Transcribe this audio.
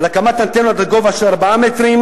על הקמת אנטנות עד גובה 4 מטרים,